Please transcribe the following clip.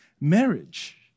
marriage